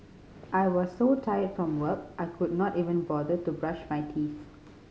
I was so tired from work I could not even bother to brush my teeth